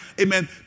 Amen